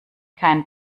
kein